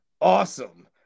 awesome